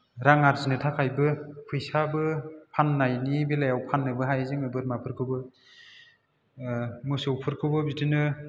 रां आरजिनो थाखायबो फैसाबो फाननायनि बेलायाव फाननोबो हायो जोङो बोरमाफोरखौबो मोसौफोरखौबो बिदिनो